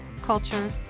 culture